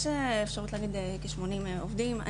יש ברשות כ-80 עובדים.